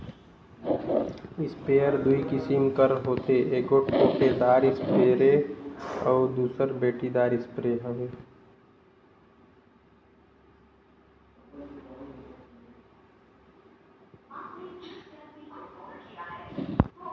sprayer दूई किसिम कर होथे एगोट ओटेदार इस्परे अउ दूसर बेटरीदार इस्परे हवे